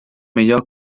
millor